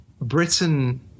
Britain